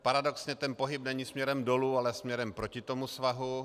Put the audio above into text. Paradoxně ten pohyb není směrem dolů, ale směrem proti svahu.